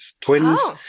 twins